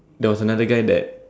there was another guy that